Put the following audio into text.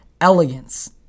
elegance